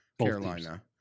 Carolina